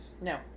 No